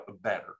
better